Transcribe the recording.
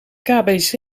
kbc